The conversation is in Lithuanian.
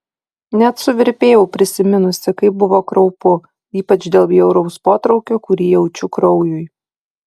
net suvirpėjau prisiminusi kaip buvo kraupu ypač dėl bjauraus potraukio kurį jaučiu kraujui